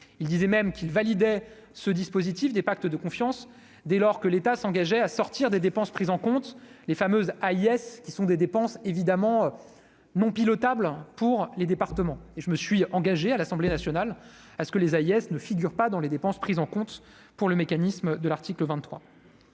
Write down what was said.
il disait même qu'ils validaient ce dispositif des pactes de confiance dès lors que l'État s'engageait à sortir des dépenses prises en compte les fameuses Hayes, qui sont des dépenses évidemment non pilotables pour les départements et je me suis engagé à l'Assemblée nationale à ce que les Hayes ne figure pas dans les dépenses prises en compte pour le mécanisme de l'article 23,